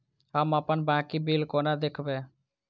हम अप्पन बाकी बिल कोना देखबै?